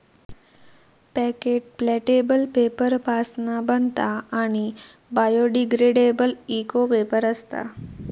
packet palatable paper पासना बनता आणि बायोडिग्रेडेबल इको पेपर असता